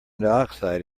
dioxide